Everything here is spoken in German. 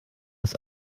das